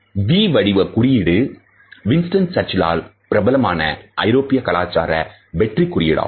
V வடிவ குறியீடு Winston சர்ச்சிலால் பிரபலமான ஐரோப்பிய கலாச்சார வெற்றி குறியீடாகும்